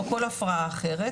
או כל הפרעה אחרת,